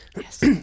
Yes